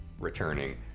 Returning